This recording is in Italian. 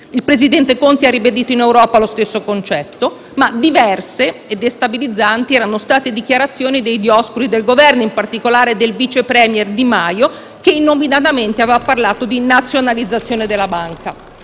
il presidente Conte ha ribadito in Europa lo stesso concetto, ma diverse e destabilizzanti erano state le dichiarazioni dei dioscuri del Governo, in particolare del vice *premier* Di Maio, che inopinatamente aveva parlato di nazionalizzazione della banca,